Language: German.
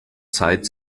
zeit